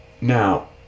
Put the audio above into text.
Now